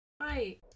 hi